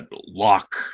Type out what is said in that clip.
lock